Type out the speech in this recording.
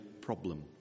problem